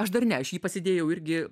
aš dar ne aš jį pasidėjau irgi